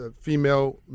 female